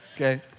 okay